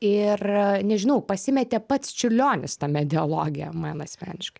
ir nežinau pasimetė pats čiurlionis tame dialoge man asmeniškai